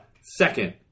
Second